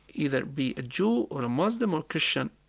either it be a jew or a muslim or christian,